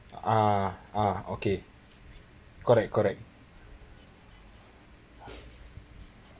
ah ah okay correct correct